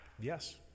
yes